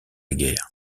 guerre